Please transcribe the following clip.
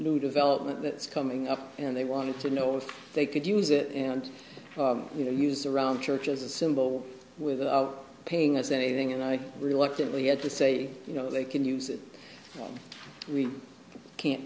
new development that's coming up and they wanted to know if they could use it and you know use around church as a symbol without paying us anything and i reluctantly had to say you know they can use it we can't